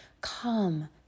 Come